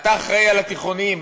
אתה אחראי לתיכונים,